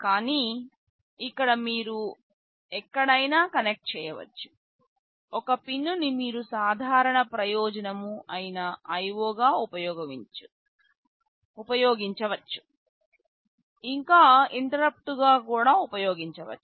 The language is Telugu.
కానీ ఇక్కడ మీరు ఎక్కడైనా కనెక్ట్ చేయవచ్చు ఒక పిన్ నీ మీరు సాధారణ ప్రయోజనం అయినా IO గా ఉపయోగించవచ్చు ఇంకా ఇంటరుప్పుట్గా కూడా ఉపయోగించవచ్చు